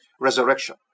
resurrection